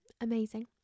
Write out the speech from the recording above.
Amazing